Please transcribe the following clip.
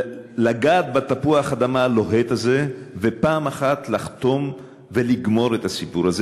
לגעת בתפוח אדמה הלוהט הזה ופעם אחת לחתום ולגמור את הסיפור הזה,